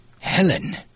Helen